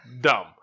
Dumb